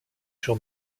sur